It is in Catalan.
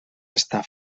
estat